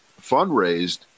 fundraised